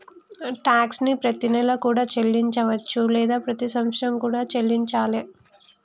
tax ని ప్రతినెలా కూడా చెల్లించవచ్చు లేదా ప్రతి సంవత్సరం కూడా చెల్లించాలే